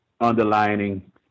underlining